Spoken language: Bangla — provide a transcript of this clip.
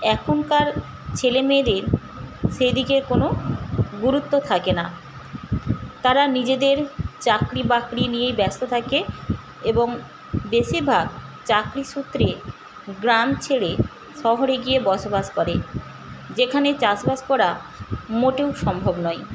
এখনকার ছেলেমেয়েদের সেদিকে কোনো গুরুত্ব থাকে না তারা নিজেদের চাকরি বাকরি নিয়েই ব্যস্ত থাকে এবং বেশিরভাগ চাকরি সূত্রে গ্রাম ছেড়ে শহরে গিয়ে বসবাস করে যেখানে চাষবাস করা মোটেও সম্ভব নয়